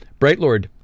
Brightlord